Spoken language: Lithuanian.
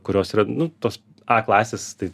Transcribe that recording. kurios yra nu tos a klasės tai